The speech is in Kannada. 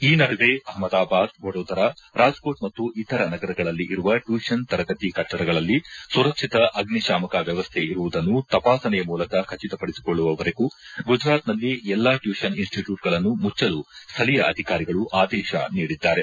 ಈ ನಡುವೆ ಅಪಮದಬಾದ್ ವಡೋದರ ರಾಜ್ಕೋಟ್ ಮತ್ತು ಇತರ ನಗರಗಳಲ್ಲಿ ಇರುವ ಟ್ಪೂಷನ್ ತರಗತಿ ಕಟ್ಟಡಗಳಲ್ಲಿ ಸುರಕ್ಷಿತ ಅಗ್ನಿಶಾಮಕ ವ್ಯವಸ್ಥ ಇರುವುದನ್ನು ತಪಾಸಣೆಯ ಮೂಲಕ ಖಚಿತಪಡಿಸಿಕೊಳ್ಳುವವರೆಗೂ ಗುಜರಾತ್ನಲ್ಲಿ ಎಲ್ಲಾ ಟ್ಯೂಷನ್ ಇನ್ಸಿಟ್ಯೂಟ್ಗಳನ್ನು ಮುಚ್ವಲು ಸ್ಥಳೀಯ ಅಧಿಕಾರಿಗಳು ಆದೇಶ ನೀಡಿದ್ದಾರೆ